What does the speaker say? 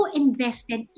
invested